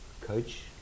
Coach